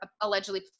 allegedly